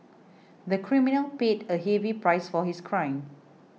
the criminal paid a heavy price for his crime